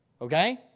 Okay